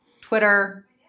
Twitter